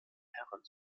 herren